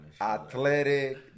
athletic